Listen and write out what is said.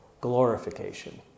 glorification